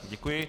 Děkuji.